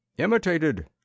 Imitated